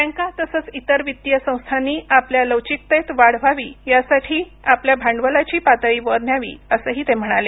बँका तसंच इतर वित्तीय संस्थांनी आपल्या लवचिकतेत वाढ व्हावी यासाठी आपल्या भांडवलाची पातळी वर न्यावी असंही ते म्हणाले